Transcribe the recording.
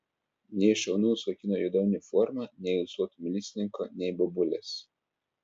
nei šaunaus vaikino juoda uniforma nei ūsuoto milicininko nei bobulės